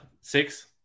six